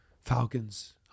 Falcons